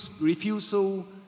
refusal